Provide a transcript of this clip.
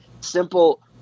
simple –